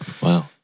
Wow